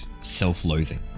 self-loathing